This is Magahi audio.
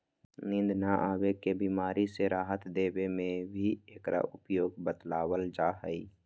नींद न आवे के बीमारी से राहत देवे में भी एकरा उपयोग बतलावल जाहई